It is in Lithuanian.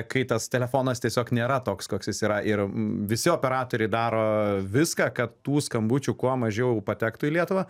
kai tas telefonas tiesiog nėra toks koks jis yra ir visi operatoriai daro viską kad tų skambučių kuo mažiau patektų į lietuvą